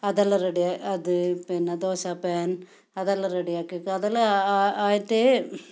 അതെല്ലാം റെഡി ആയി അത് പിന്നെ ദോശ പാൻ അതെല്ലാം റെഡി ആക്കി വയ്ക്കും അതെല്ലാം ആയിട്ടേ